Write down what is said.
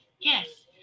yes